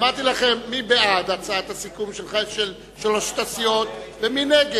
אמרתי לכם מי בעד הצעת הסיכום של שלוש הסיעות ומי נגד.